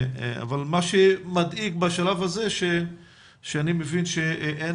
אבל מה שמדאיג בשלב הזה שאני מבין שאין